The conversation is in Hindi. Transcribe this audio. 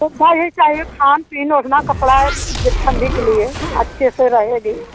तो वही चाहिए खाने पीने रखना कपड़ा ठंडी के लिए अच्छे से रहेगी